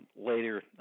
later